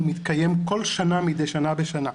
הוא מתקיים כל שנה מדי שנה בשנה.